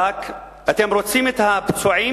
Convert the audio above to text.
ברק: אתם רוצים את הפצועים?